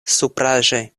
supraĵe